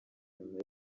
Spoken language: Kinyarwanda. nyuma